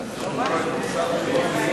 אז מוסד חינוכי,